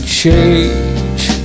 change